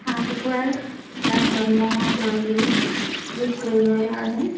হাঁহ কুকুৰাৰ গাত জন্ম হোৱা পৰজীৱী ৰোধ কৰিবৰ কাৰণে